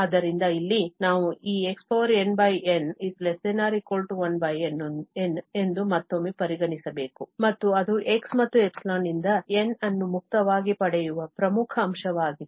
ಆದ್ದರಿಂದ ಇಲ್ಲಿ ನಾವು ಈ xnn1n ಎಂದು ಮತ್ತೊಮ್ಮೆ ಪರಿಗಣಿಸಬೇಕು ಮತ್ತು ಅದು x ಮತ್ತು ϵ ನಿಂದ N ಅನ್ನು ಮುಕ್ತವಾಗಿ ಪಡೆಯುವ ಪ್ರಮುಖ ಅಂಶವಾಗಿದೆ